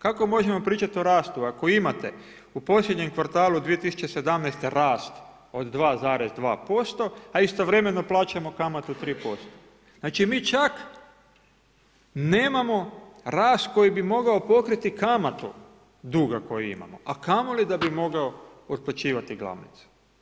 Kako možemo pričati o rastu ako imate u posljednjem kvartalu 2017. rast od 2,2% a istovremeno plaćamo kamatu 3% Znači mi čak nemamo rast koji bi mogao pokriti kamatu duga koji imamo, a kamoli da bi mogao otplaćivati glavnicu.